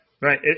Right